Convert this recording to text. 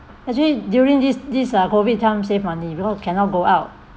actually during this this uh COVID time save money because cannot go out